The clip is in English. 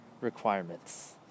requirements